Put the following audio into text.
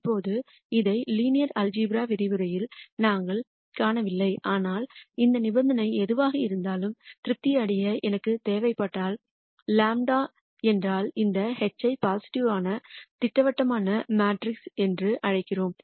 இப்போது இதை linear algebra விரிவுரைகளில் நாங்கள் காணவில்லை ஆனால் இந்த நிபந்தனை எதுவாக இருந்தாலும் திருப்தி அடைய எனக்கு தேவைப்பட்டால் δ என்றால் இந்த H ஐ பாசிட்டிவ் யான திட்டவட்டமான மேட்ரிக்ஸ் என்று அழைக்கிறோம்